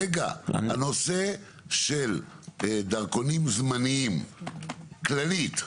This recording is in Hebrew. - הנושא של דרכונים זמניים כללית,